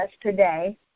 today